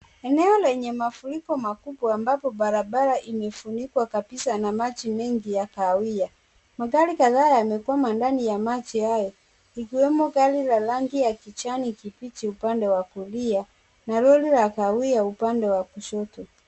Eneo lenye mafuriko makubwa ambapo barabara imefunikwa kabisa na maji mengi ya kahawia, magari kadha yamekwama ndani ya maji haya ikiwemo gari la rangi ya kijani kibichi upande wa kulia na lori la kahawia upande wa kushoto.